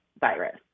virus